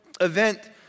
event